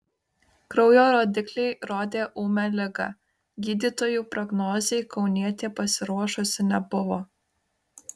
kraujo rodikliai rodė ūmią ligą gydytojų prognozei kaunietė pasiruošusi nebuvo